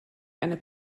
eine